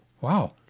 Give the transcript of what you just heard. Wow